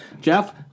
Jeff